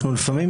אנחנו לפעמים